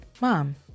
mom